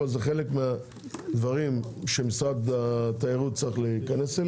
אבל זה חלק מהדברים שמשרד התיירות צריך לעשות.